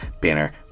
Banner